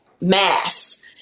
Mass